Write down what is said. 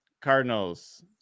Cardinals